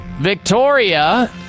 Victoria